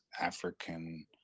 African